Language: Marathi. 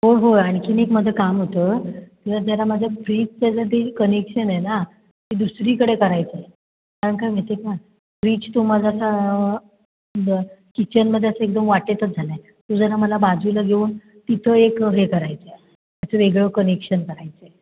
हो हो आणखी एक माझं काम होतं तर जरा माझ्या फ्रीजचं जर ते कनेक्शन आहे ना ती दुसरीकडे करायचं आहे कारण काय माहिती आहे का फ्रीज तो माझा आता ब किचनमध्ये असं एकदम वाटेतच झाला आहे तो जरा मला बाजूला घेऊन तिथं एक हे करायचं आहे त्याचं वेगळं कनेक्शन करायचं आहे